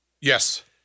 Yes